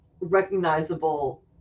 recognizable